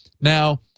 Now